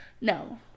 No